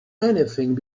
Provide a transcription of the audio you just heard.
anything